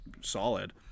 solid